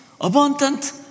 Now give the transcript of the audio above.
abundant